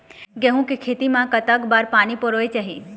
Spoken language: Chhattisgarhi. गेहूं के खेती मा कतक बार पानी परोए चाही?